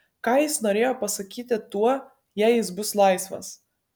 ką jis norėjo pasakyti tuo jei jis bus laisvas